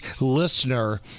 listener